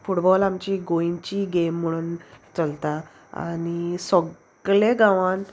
football आमची गोंयची game म्हणून चलता आनी सगले गांवांन